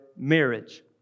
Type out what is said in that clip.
marriage